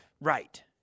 Right